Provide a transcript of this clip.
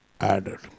added